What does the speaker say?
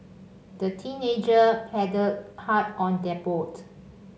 the teenager paddled hard on their boat